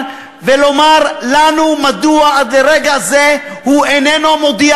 ולומר לנו מדוע עד לרגע זה הוא איננו מודיע,